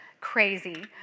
Crazy